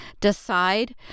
decide